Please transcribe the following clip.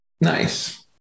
Nice